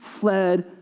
fled